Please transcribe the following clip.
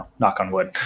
knock on wood.